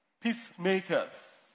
peacemakers